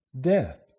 death